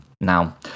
Now